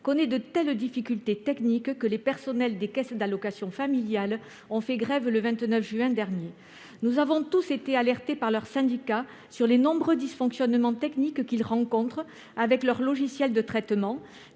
connaît de telles difficultés techniques que les personnels des caisses d'allocations familiales (CAF) ont fait grève le 29 juin dernier. Nous avons tous été alertés par leurs syndicats concernant les nombreux dysfonctionnements techniques que subissent leurs logiciels de traitement,